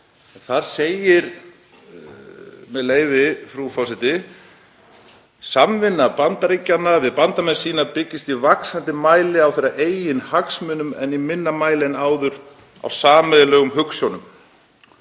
Þar segir, með leyfi forseti: „Samvinna Bandaríkjanna við bandamenn sína byggist í vaxandi mæli á þeirra eigin hagsmunum en í minna mæli en áður á sameiginlegum hugsjónum